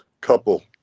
couple